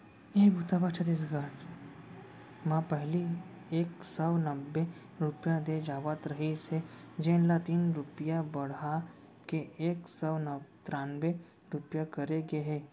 ए बूता बर छत्तीसगढ़ म पहिली एक सव नब्बे रूपिया दे जावत रहिस हे जेन ल तीन रूपिया बड़हा के एक सव त्रान्बे रूपिया करे गे हे